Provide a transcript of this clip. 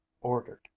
ordered